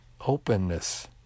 openness